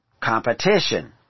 competition